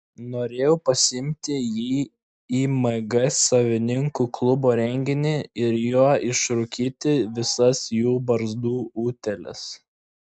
norėjau pasiimti jį į mg savininkų klubo renginį ir juo išrūkyti visas jų barzdų utėles